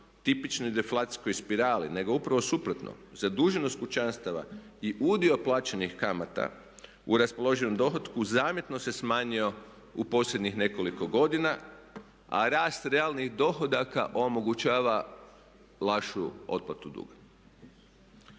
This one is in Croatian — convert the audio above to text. tipično deflacijskog spirali nego upravo suprotno zaduženost kućanstava i udio plaćenih kamata u raspoloživom dohotku zamjetno se smanjio u posljednjih nekoliko godina a rast realnih dohodaka omogućava lakšu otplatu duga.